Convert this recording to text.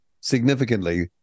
significantly